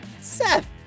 Seth